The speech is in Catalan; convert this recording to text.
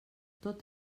tot